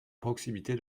proximité